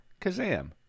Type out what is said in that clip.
Kazam